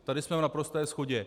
Tady jsme v naprosté shodě.